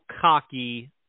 cocky